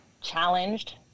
challenged